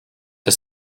the